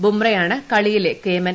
ബൂംറയാണ് കളിയിലെ കേമൻ